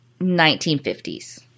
1950s